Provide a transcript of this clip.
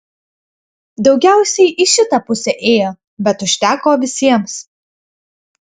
daugiausiai į šitą pusę ėjo bet užteko visiems